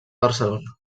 barcelona